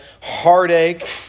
heartache